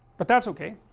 but that's ok,